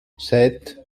sept